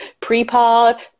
pre-pod